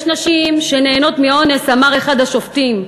יש נשים שנהנות מאונס, אמר אחד השופטים.